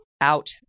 out